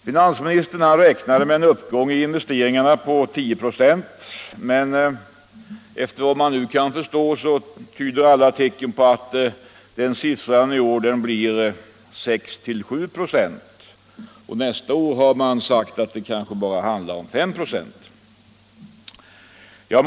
Finansministern räknade med en uppgång i investeringarna på 10 26, men efter vad man nu kan förstå så tyder alla tecken på att siffran i år blir 6-7 96 och nästa år kanske det bara handlar om 5 96.